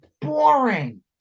boring